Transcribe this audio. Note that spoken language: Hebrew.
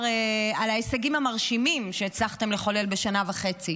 של ההישגים המרשימים שהצלחתם לחולל בשנה וחצי.